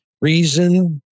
reason